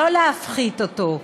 לא להפחית אותו.